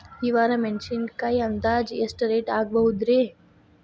ಈ ವಾರ ಮೆಣಸಿನಕಾಯಿ ಅಂದಾಜ್ ಎಷ್ಟ ರೇಟ್ ಆಗಬಹುದ್ರೇ?